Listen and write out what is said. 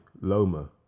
Loma